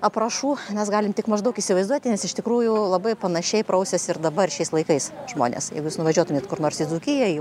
aprašų mes galim tik maždaug įsivaizduoti nes iš tikrųjų labai panašiai prausiasi ir dabar šiais laikais žmonės jeigu jūs nuvažiuotumėt kur nors į dzūkiją į